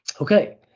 okay